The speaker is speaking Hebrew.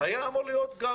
היה אמור להיות גם